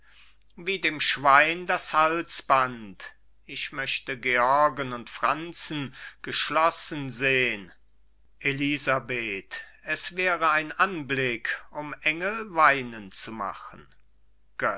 wie dem schwein das halsband ich möchte georgen und franzen geschlossen sehn elisabeth es wäre ein anblick um engel weinen zu machen